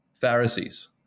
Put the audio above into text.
Pharisees